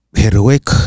heroic